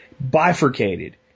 bifurcated